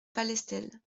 palestel